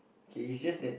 okay it's just that